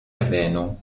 erwähnung